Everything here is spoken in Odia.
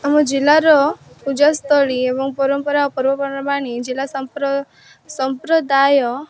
ଆମ ଜିଲ୍ଲାର ପୂଜାସ୍ଥଳୀ ଏବଂ ପରମ୍ପରା ଓ ପର୍ବପର୍ବାଣି ଜିଲ୍ଲା ସମ୍ପ୍ରଦାୟ